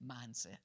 mindset